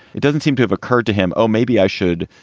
it doesn't seem to have occurred to him. oh, maybe i should.